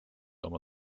oma